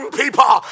people